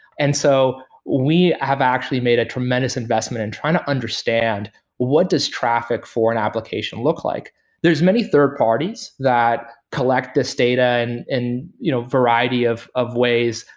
and so we have actually made a tremendous investment in trying to understand what does traffic for an application look like there's many third parties that collect this data and you know variety of of ways.